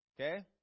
Okay